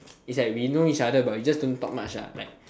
it is like we know each other but we just don't talk much